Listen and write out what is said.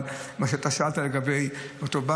אבל מה ששאלת לגבי אותה בת,